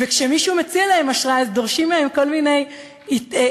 וכשמישהו מציע להן אשראי אז דורשים מהן כל מיני ערבויות,